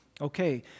Okay